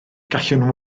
gallwn